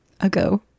ago